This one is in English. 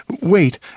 wait